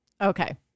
Okay